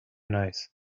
nice